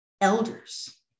elders